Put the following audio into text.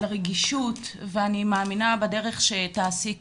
על רגישות ואני מאמינה בדרך שתעשי כאן.